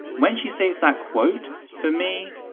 when she states that, quote, for me,